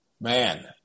man